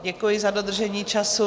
Děkuji za dodržení času.